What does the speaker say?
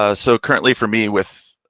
ah so, currently for me, with,